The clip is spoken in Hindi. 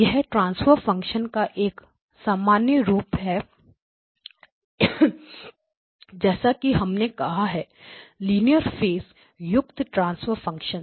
अतः यह ट्रांसफर फंक्शन का एक सामान्य रूप है जैसा कि हमने कहा है लीनियर फेस युक्त ट्रांसफर फंक्शन